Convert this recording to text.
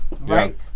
right